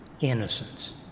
innocence